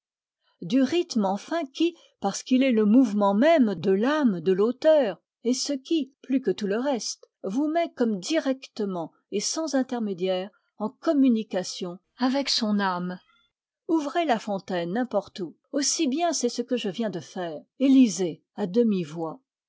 du rythme enfin qui parce qu'il est le mouvement même de l'âme de l'auteur est ce qui plus que tout le reste vous met comme directement et sans intermédiaire en communication avec son âme ouvrez la fontaine n'importe où aussi bien c'est ce que je viens de faire et lisez à